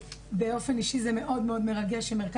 שבאופן אישי אותי זה מאוד מאוד מרגש שמשרד